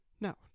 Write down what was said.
No